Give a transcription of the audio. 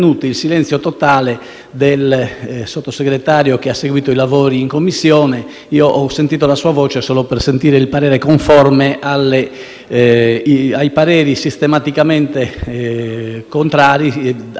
del Sottosegretario che ha seguito i lavori in Commissione: ho sentito la sua voce solo per l'espressione del parere conforme ai pareri sistematicamente contrari su tutti gli emendamenti.